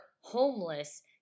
homeless